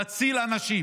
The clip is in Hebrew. להציל אנשים.